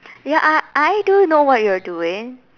ya I I do know what you're doing